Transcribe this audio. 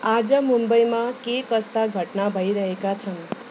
आज मुम्बईमा के कस्ता घटना भइरहेका छन्